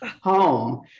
home